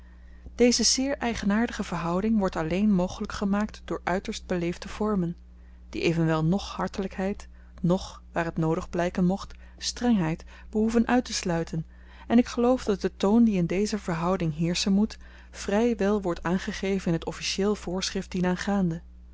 deze zeer eigenaardige verhouding wordt alleen mogelyk gemaakt door uiterst beleefde vormen die evenwel noch hartelykheid noch waar t noodig blyken mocht strengheid behoeven uittesluiten en ik geloof dat de toon die in deze verhouding heerschen moet vry wel wordt aangegeven in t officieel voorschrift dienaangaande